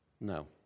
no